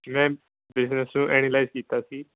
ਜੀ ma'am business analysis ਕੀਤਾ ਸੀ